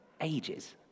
ages